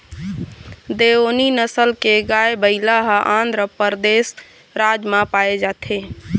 देओनी नसल के गाय, बइला ह आंध्रपरदेस राज म पाए जाथे